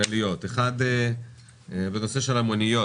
כמעט שבת שלום לכולם.